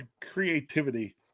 creativity